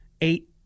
eight